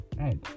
right